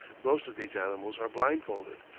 most of these animals are blindfolded,